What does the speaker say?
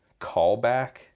callback